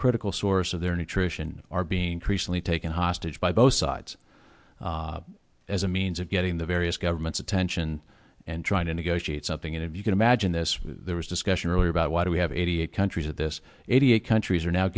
critical source of their nutrition are being precisely taken hostage by both sides as a means of getting the various governments attention and trying to negotiate something and if you can imagine this there was discussion earlier about why do we have eighty eight countries at this eighty eight countries are now